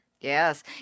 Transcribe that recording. Yes